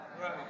Right